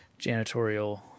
janitorial